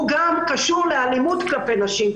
הוא גם קשור לאלימות כלפי נשים,